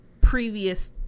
previous